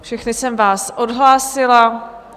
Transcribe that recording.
Všechny jsem vás odhlásila.